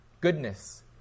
goodness